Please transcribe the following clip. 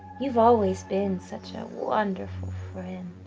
you've always been such a wonderful friend.